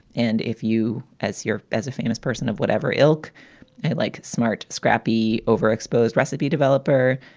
and if you as your as a famous person of whatever ilk i like, smart, scrappy, overexposed recipe developer,